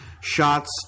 shots